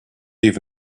even